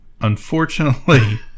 Unfortunately